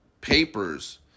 papers